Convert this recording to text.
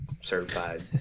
certified